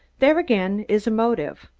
there, again, is a motive.